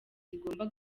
zigomba